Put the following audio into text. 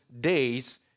days